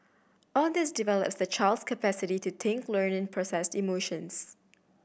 all this develops the child's capacity to think learn and process emotions